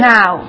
Now